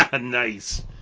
nice